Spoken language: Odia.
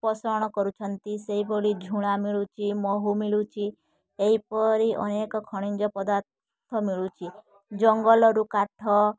ପୋଷଣ କରୁଛନ୍ତି ସେଇଭଳି ଝୁଣା ମିଳୁଛି ମହୁ ମିଳୁଛି ଏହିପରି ଅନେକ ଖଣିଜ ପଦାର୍ଥ ମିଳୁଛି ଜଙ୍ଗଲରୁ କାଠ